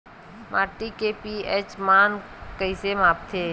माटी के पी.एच मान कइसे मापथे?